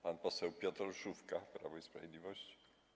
Pan poseł Piotr Olszówka, Prawo i Sprawiedliwość.